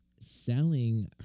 selling